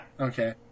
Okay